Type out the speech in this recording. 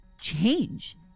change